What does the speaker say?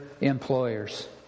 employers